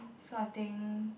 so I think